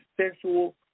sexual